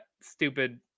stupid